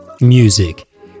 music